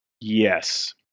Yes